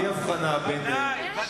בלי הבחנה בין, כן.